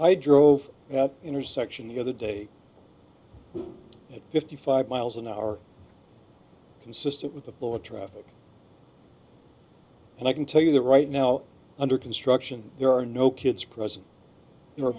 i drove that intersection the other day at fifty five miles an hour consistent with the flow of traffic and i can tell you that right now under construction there are no kids present